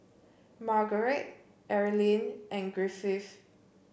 Margret Erlene and Griffith